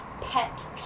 pet